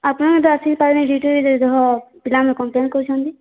ଆପଣ ତ ଆସିପାରିବେନି ସେଇଠି ବି ଡ୍ୟୁଟି ହେବ ପିଲାମାନେ କମ୍ପ୍ଲେନ୍ କରୁଛନ୍ତି